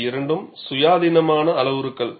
இவை இரண்டு சுயாதீனமான அளவுருக்கள்